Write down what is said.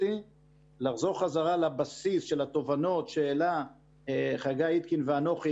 לחזור חזרה לבסיס של התובנות שהעלה ח"א ואנוכי,